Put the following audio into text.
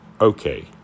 Okay